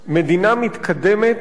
הכול דקה.